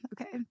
Okay